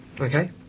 Okay